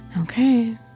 Okay